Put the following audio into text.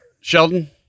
Sheldon